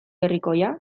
herrikoia